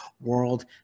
World